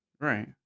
Right